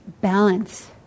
balance